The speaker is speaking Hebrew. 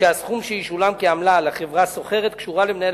שהסכום שישולם כעמלה לחברה סוחרת קשורה למנהל